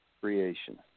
creation